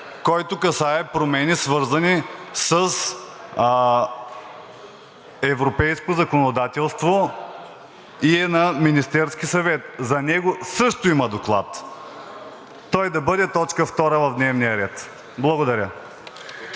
който касае промени, свързани с европейското законодателство, и е на Министерския съвет, за него също има доклад. Той да бъде точка втора в дневния ред. Благодаря.